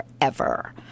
forever